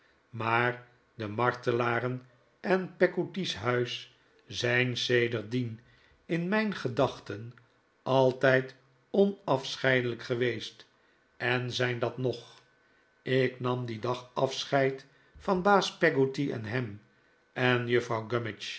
maar de martelaren en peggotty's huis zijn sedertdien in mijn gedachten altijd onafscheidelijk geweest en zijn dat nog ik nam dien dag afscheid van baas peggotty en ham en juffrouw